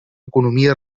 economia